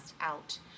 out